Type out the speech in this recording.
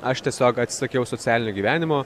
aš tiesiog atsisakiau socialinio gyvenimo